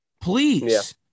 Please